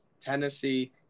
Tennessee